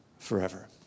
forever